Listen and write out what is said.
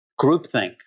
groupthink